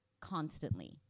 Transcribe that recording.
constantly